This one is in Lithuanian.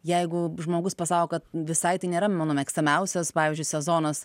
jeigu žmogus pasako kad visai tai nėra mano mėgstamiausias pavyzdžiui sezonas